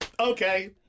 Okay